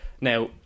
Now